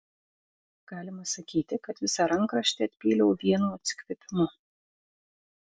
galima sakyti kad visą rankraštį atpyliau vienu atsikvėpimu